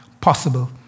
possible